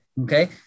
Okay